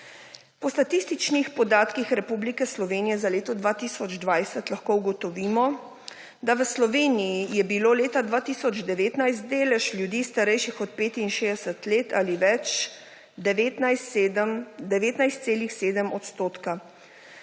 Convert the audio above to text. Po statističnih podatkih Republike Slovenije za leto 2020 lahko ugotovimo, da v Sloveniji je bilo leta 2019 delež ljudi starejših od 65 let ali več 19,7 %.